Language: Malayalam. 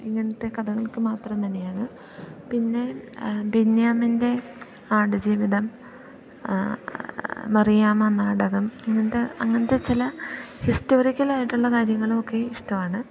ഇങ്ങനെത്തെ കഥകൾക്ക് മാത്രം തന്നെയാണ് പിന്നെ ബെന്യാമിൻ്റെ ആടുജീവിതം മറിയാമ്മ നാടകം ഇങ്ങനെത്തെ അങ്ങനെത്തെ ചില ഹിസ്റ്റോറിക്കൽ ആയിട്ടുള്ള കാര്യങ്ങളും ഒക്കെ ഇഷ്ടമാണ്